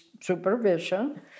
supervision